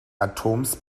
atoms